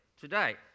today